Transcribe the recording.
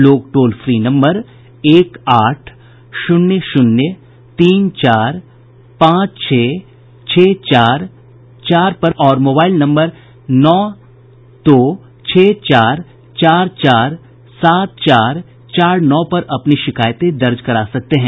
लोग toll free number एक आठ शून्य शून्य तीन चार पांच छह छह चार चार पर और मोबाइल नम्बर नौ दो छह चार चार सात चार चार नौ पर अपनी शिकायतें दर्ज करा सकते हैं